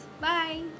bye